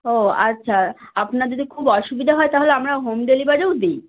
ও আচ্ছা আপনার যদি খুব অসুবিধা হয় তাহলে আমরা হোম ডেলিভারিও দিই